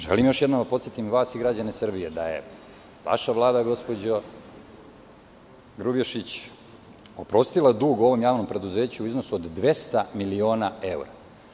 Želim još jednom da podsetim vas i građane Srbije da je vaša Vlada, gospođo Grubješić, oprostila dug ovom javnom preduzeću u iznosu od 200 miliona evra.